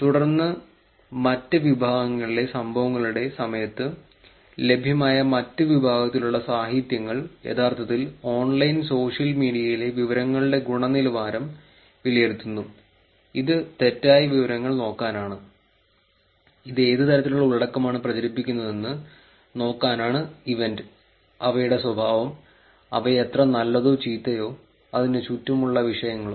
തുടർന്ന് മറ്റ് വിഭാഗങ്ങളിലെ സംഭവങ്ങളുടെ സമയത്ത് ലഭ്യമായ മറ്റ് വിഭാഗത്തിലുള്ള സാഹിത്യങ്ങൾ യഥാർത്ഥത്തിൽ ഓൺലൈൻ സോഷ്യൽ മീഡിയയിലെ വിവരങ്ങളുടെ ഗുണനിലവാരം വിലയിരുത്തുന്നു ഇത് തെറ്റായ വിവരങ്ങൾ നോക്കാനാണ് ഇത് ഏത് തരത്തിലുള്ള ഉള്ളടക്കമാണ് പ്രചരിപ്പിക്കുന്നതെന്ന് നോക്കാനാണ് ഇവന്റ് അവയുടെ സ്വഭാവം അവ എത്ര നല്ലതോ ചീത്തയോ അതിന് ചുറ്റുമുള്ള വിഷയങ്ങളും